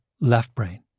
left-brain